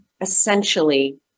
essentially